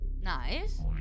Nice